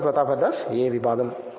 professor Pratap Haridas ఏ విభాగం